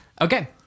Okay